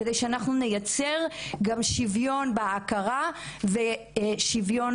כדי שאנחנו נייצר גם שוויון בהכרה ושוויון